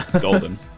Golden